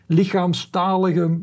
lichaamstalige